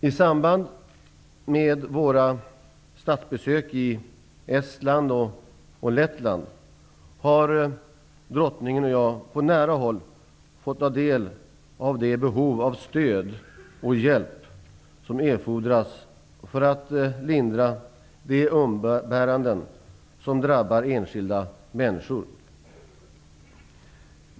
I samband med våra statsbesök i Estland och Lettland har Drottningen och jag på nära håll fått ta del av det behov av stöd och hjälp som man har i strävandena att lindra de umbäranden som drabbar enskilda människor.